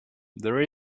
there